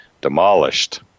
demolished